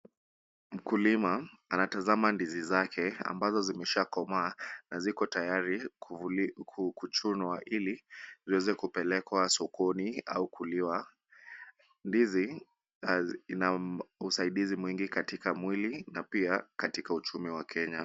Mkulima anatazama ndizi zake ambazo zimeshakomaa na ziko tayari kuchunwa ili ziweze kupelekwa sokoni au kuliwa. Ndizi zina usaidizi mwingi katika mwili na pia katika uchumi wa Kenya.